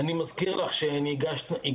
ואני מזכיר לך שהגשנו,